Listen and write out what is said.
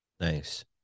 Nice